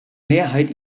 mehrheit